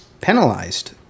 penalized